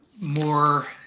more